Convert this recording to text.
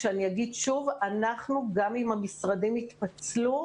ואני אגיד שוב: גם אם המשרדים התפצלו,